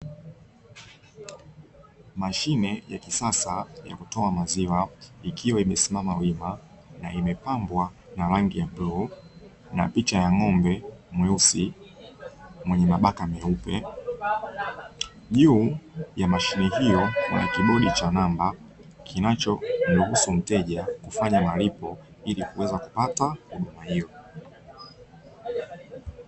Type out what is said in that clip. Mashine ya kisasa ya kutoa maziwa ikiwa imesimama wima na imepambwa na rangi ya bluu na picha ya ng'ombe mweusi mwenye mabaka meupe. Juu ya mashine hiyo kuna kibodi cha namba kinachomruhusu mteja kufanya malipo ili kuweza kupata huduma hiyo.